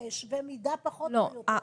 שווי מידה פחות או יותר --- לא,